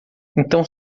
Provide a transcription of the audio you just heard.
então